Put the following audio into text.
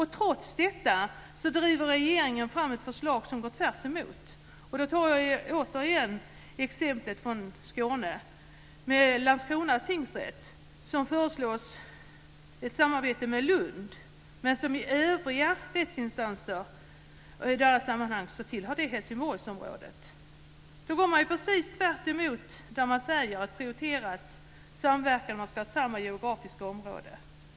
Trots det driver regeringen igenom ett förslag som går tvärtemot detta. Jag tar återigen exemplet från Skåne. Landskronas tingsrätt föreslås ett samarbete med Lund, trots att den i övriga rättsinstanssammanhang tillhör Helsingborgsområdet. Då går man ju precis tvärtemot det man säger att man prioriterar - att det ska vara samverkan och att man ska samma geografiska område.